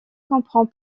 comprend